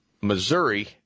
Missouri